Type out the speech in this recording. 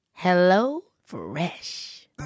HelloFresh